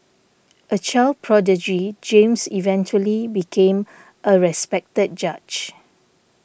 a child prodigy James eventually became a respected judge